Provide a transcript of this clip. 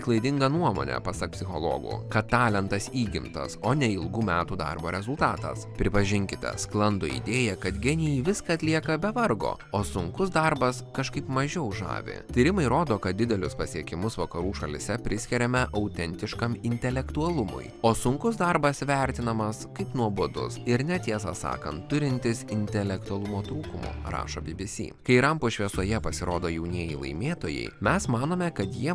klaidinga nuomonė pasak psichologų kad talentas įgimtas o ne ilgų metų darbo rezultatas pripažinkite sklando idėja kad genijai viską atlieka be vargo o sunkus darbas kažkaip mažiau žavi tyrimai rodo kad didelius pasiekimus vakarų šalyse priskiriame autentiškam intelektualumui o sunkus darbas vertinamas kaip nuobodus ir net tiesą sakant turintis intelektualumo trūkumų rašo bbc kai rampos šviesoje pasirodo jaunieji laimėtojai mes manome kad jie